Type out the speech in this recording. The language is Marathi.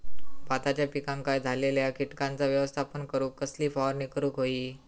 भाताच्या पिकांक झालेल्या किटकांचा व्यवस्थापन करूक कसली फवारणी करूक होई?